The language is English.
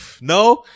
No